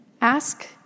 Ask